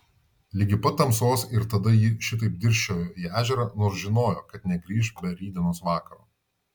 ligi pat tamsos ir tada ji šitaip dirsčiojo į ežerą nors žinojo kad negrįš be rytdienos vakaro